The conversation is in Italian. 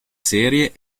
serie